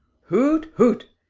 hoot! hoot!